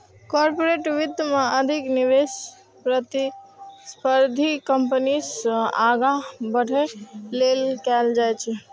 corporate वित्त मे अधिक निवेश प्रतिस्पर्धी कंपनी सं आगां बढ़ै लेल कैल जाइ छै